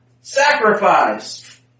sacrifice